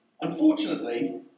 unfortunately